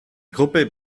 gruppe